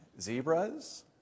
zebras